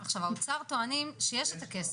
עכשיו, האוצר טוענים שיש את הכסף.